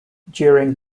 during